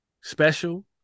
special